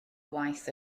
waith